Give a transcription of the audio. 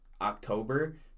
October